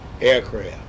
aircraft